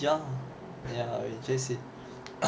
ya in J_C